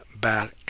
back